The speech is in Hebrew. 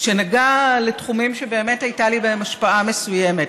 שנגע לתחומים שבאמת הייתה לי בהם השפעה מסוימת.